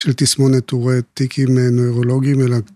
של תסמונת טורט, טיקים נוירולוגיים, אלא